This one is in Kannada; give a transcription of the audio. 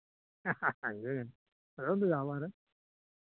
ಕಳ್ಸಿಕೊಡ್ತೀನಿ ನಿಮ್ಗೆ ಒಳ್ಳೆಯ ರಿಜಿನೇಬಲ್ ರೇಟ್ನಾಗ ಅದು ವ್ಯವಸ್ಥೆ ಮಾಡ್ತೀವಿ ನಾವು